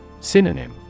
Synonym